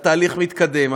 והתהליך מתקדם.